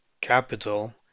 capital